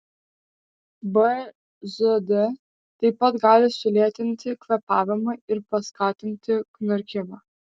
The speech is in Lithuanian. bzd taip pat gali sulėtinti kvėpavimą ir paskatinti knarkimą